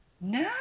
No